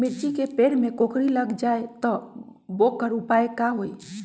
मिर्ची के पेड़ में कोकरी लग जाये त वोकर उपाय का होई?